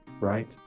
right